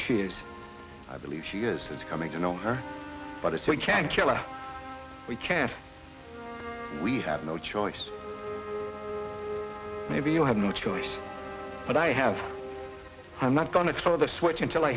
she is i believe she is coming to know her but if we can't we can't we have no choice maybe you have no choice but i have i'm not going to throw the switch until i